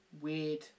weird